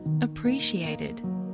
appreciated